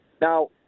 Now